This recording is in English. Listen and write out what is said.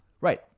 Right